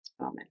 Amen